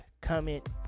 comment